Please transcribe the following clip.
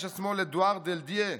איש השמאל אדואר דאלאדיה,